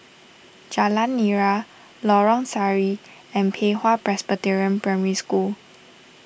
Jalan Nira Lorong Sari and Pei Hwa Presbyterian Primary School